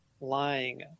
lying